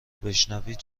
بشنوید